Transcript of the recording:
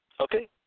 Okay